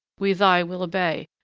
we thy will obey,